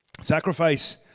Sacrifice